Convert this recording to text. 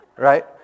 Right